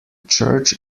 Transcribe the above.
church